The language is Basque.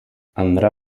andre